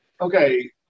Okay